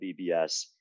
BBS